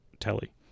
Telly